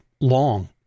long